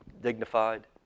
dignified